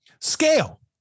scale